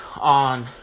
on